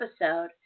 episode